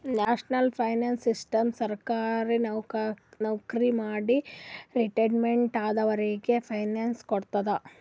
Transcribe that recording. national pension system ಸರ್ಕಾರಿ ನವಕ್ರಿ ಮಾಡಿ ರಿಟೈರ್ಮೆಂಟ್ ಆದವರಿಗ್ ಪೆನ್ಶನ್ ಕೊಡ್ತದ್